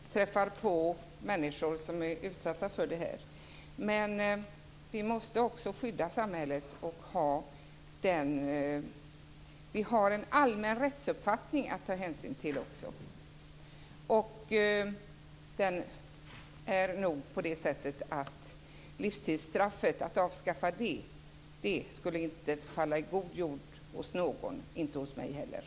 Fru talman! Vi berörs självfallet när vi träffar människor som är utsatta på det här viset. Men vi måste också skydda samhället, och vi har en allmän rättsuppfattning att ta hänsyn till. Att avskaffa livstidsstraffet skulle nog inte falla i god jord hos någon, inte heller hos mig.